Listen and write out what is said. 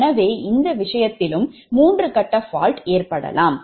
எனவே அந்த விஷயத்திலும் மூன்று கட்ட fault ஏற்படலாம்